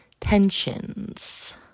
tensions